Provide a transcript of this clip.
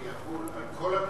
שיחול על כל הממשלות?